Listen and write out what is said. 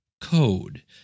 code